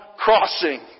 crossing